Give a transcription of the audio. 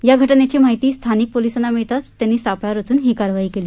या घटनेची माहिती स्थानिक पोलिसांना मिळताच पोलिसांनी सापळा रचून ही कारवाई केली